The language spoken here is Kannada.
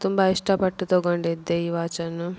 ತುಂಬ ಇಷ್ಟಪಟ್ಟು ತೊಗೊಂಡಿದ್ದೆ ಈ ವಾಚನ್ನು